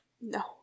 No